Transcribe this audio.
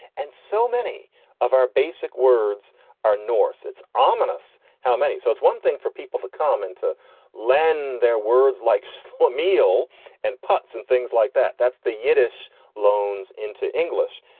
and so many of our basic words are norse. it's ominous. how many? so it's one thing for people to come in to lend their words like so what? meal and putts and things like that. that's the yiddish loans into english.